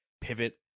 Pivot